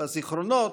בזיכרונות,